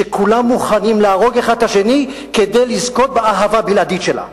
שכולם מוכנים להרוג אחד את השני כדי לזכות באהבה הבלעדית שלה.